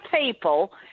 people